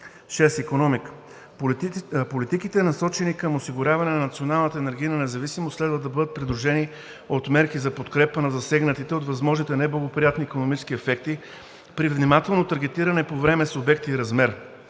6. Икономика: политиките, насочени към осигуряване на националната енергийна независимост, следва да бъдат придружени от мерки за подкрепа на засегнатите от възможните неблагоприятни икономически ефекти при внимателно таргетиране по време, субекти и размер.